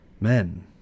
men